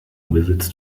visits